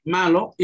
Malo